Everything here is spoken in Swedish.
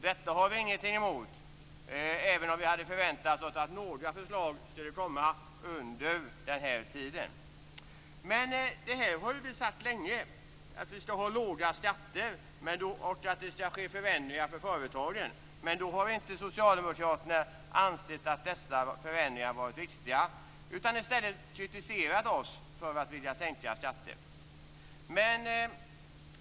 Detta har vi ingenting emot, även om vi hade förväntat oss att några förslag skulle komma under den här tiden. Det här har vi sagt länge, dvs. att vi skall ha låga skatter och att det skall ske förändringar för företagen. Men då har inte Socialdemokraterna ansett att dessa förändringar varit viktiga, utan de har i stället kritiserat oss för att vilja sänka skatter.